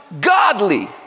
Godly